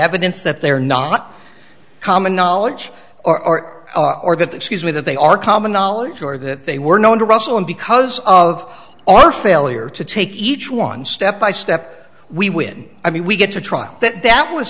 evidence that they are not common knowledge or art or that excuse me that they are common knowledge or that they were known to russell and because of our failure to take each one step by step we win i mean we get to trial that that was